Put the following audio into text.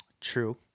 True